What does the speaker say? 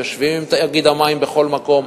יושבים עם תאגיד המים בכל מקום,